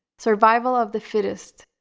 survival of the fittest.